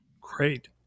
Great